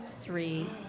three